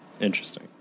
Interesting